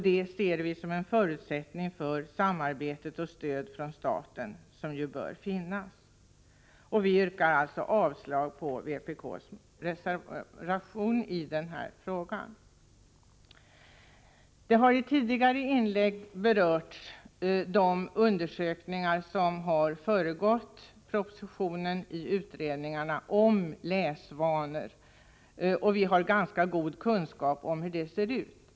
Det ser vi som en förutsättning för det samarbete med och stöd från staten som bör finnas. Vi yrkar alltså avslag på vpk:s reservation i den här frågan. I tidigare inlägg har berörts de undersökningar om läsvanor som har föregått propositionen. Vi har ganska god kunskap om hur läsvanorna ser ut.